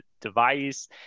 device